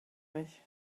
nicht